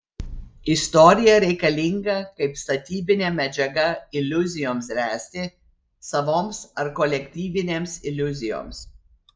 istorija reikalinga kaip statybinė medžiaga iliuzijoms ręsti savoms ar kolektyvinėms iliuzijoms